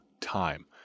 time